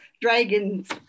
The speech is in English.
dragons